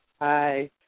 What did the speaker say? hi